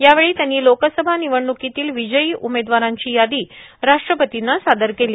यावेळी त्यांनी लोकसभा निवडणूकीतील विजयी उमेदवारांची यादी राष्ट्रपर्तींना सादर केली